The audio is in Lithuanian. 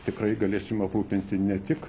tikrai galėsim aprūpinti ne tik